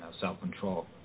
self-control